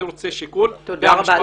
תודה רבה.